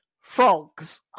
frogs